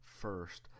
first